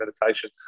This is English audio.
meditation